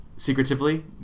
Secretively